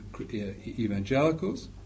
evangelicals